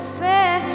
fair